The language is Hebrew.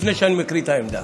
לפני שאני מקריא את העמדה.